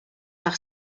par